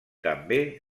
també